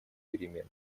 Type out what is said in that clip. перемен